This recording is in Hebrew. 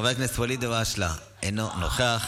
מוותרת.